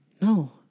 No